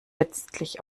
letztlich